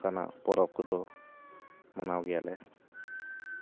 ᱱᱚᱠᱟᱱᱟᱜ ᱯᱚᱨᱚᱵᱽ ᱠᱚᱫᱚ ᱢᱟᱱᱟᱣ ᱜᱮᱭᱟ ᱞᱮ